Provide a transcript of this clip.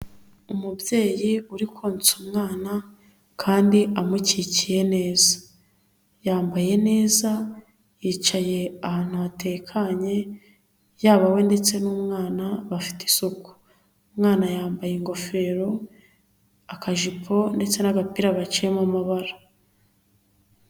Umubyeyi uri konsa umwana kandi amukikiye neza yambaye neza yicaye ahantu hatekanye yaba we ndetse n'umwana bafite isuku, umwana yambaye ingofero, akajipo ndetse n'agapira gaciyemo amabara.